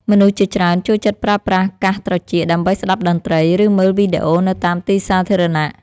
មនុស្សជាច្រើនចូលចិត្តប្រើប្រាស់កាសត្រចៀក ដើម្បីស្តាប់តន្ត្រី ឬមើលវីដេអូនៅតាមទីសាធារណៈ។